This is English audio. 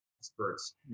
experts